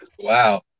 Wow